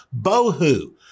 bohu